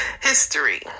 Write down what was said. history